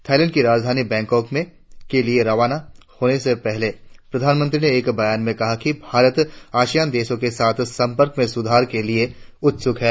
Thailand की राजधानी Bangkok के लिए आज रवाना होने से पहले प्रधानमंत्री ने एक वक्तव्य में कहा कि भारत आसियान देशों के साथ संपर्क में सुधार के लिए उत्सुक है